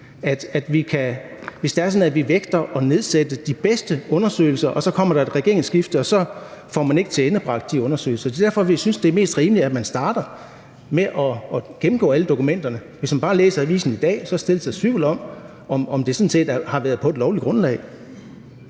når vi vægter at foretage de bedste undersøgelser og der så kommer et regeringsskifte, så får man ikke tilendebragt de undersøgelser. Det er derfor, vi synes, at det er mest rimeligt, at man starter med at gennemgå alle dokumenterne. Hvis man læser avisen i dag, rejses der tvivl om, at det har været på et lovligt grundlag.